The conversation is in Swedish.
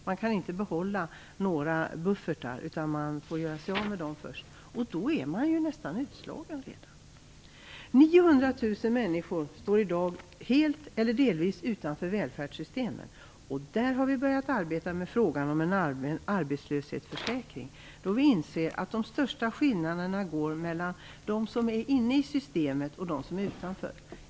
Man kan inte behålla några buffertar utan man får göra sig av med dem först. Då är man nästan redan utslagen. 900 000 människor står i dag helt eller delvis utanför välfärdssystemen. Där har vi börjat arbeta med frågan om en allmän arbetslöshetsförsäkring då vi inser att de största skillnaderna går mellan dem som är inne i systemet och dem som är utanför.